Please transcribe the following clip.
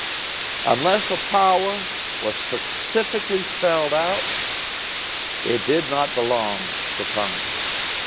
unless a power was specifically spelled out it did not belong to congress.